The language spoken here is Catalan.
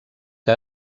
que